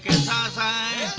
sai